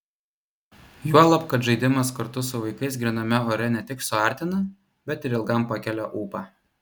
juolab kad žaidimas kartu su vaikais gryname ore ne tik suartina bet ir ilgam pakelia ūpą